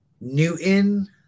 Newton